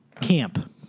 Camp